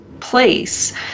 Place